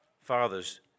Fathers